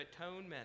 atonement